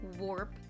warp